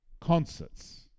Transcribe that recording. concerts